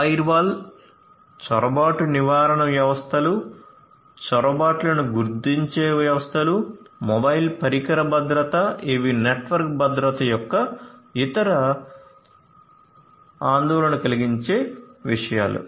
firewalls చొరబాటు నివారణ వ్యవస్థలు చొరబాట్లను గుర్తించే వ్యవస్థలు మొబైల్ పరికర భద్రత ఇవి నెట్వర్క్ భద్రత యొక్క ఇతర కలిగించే విషయాలు